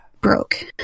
broke